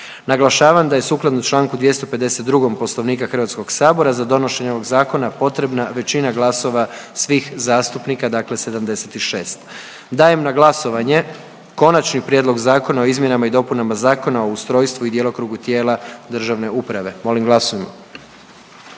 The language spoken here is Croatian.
Naglašavam da je sukladno članku 252. Poslovnika Hrvatskog sabora za donošenje ovog zakona potrebna većina glasova svih zastupnika, dakle 76. Dajem na glasovanje Konačni prijedlog zakona o izmjenama i dopunama Zakona o ustrojstvu i djelokrugu tijela državne uprave. Molim glasujmo.